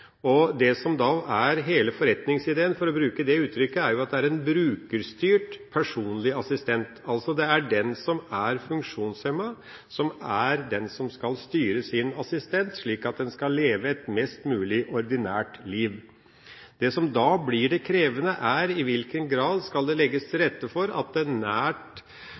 og det som er hele forretningsideen – for å bruke det uttrykket – er at det er en brukerstyrt personlig assistent. Det er altså den som er funksjonshemmet, som skal styre sin assistent, slik at han eller hun skal kunne leve et mest mulig ordinært liv. Det som er krevende, er i hvilken grad det skal legges til rette for at